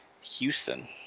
Houston